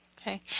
Okay